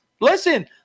Listen